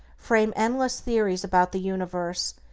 frame endless theories about the universe,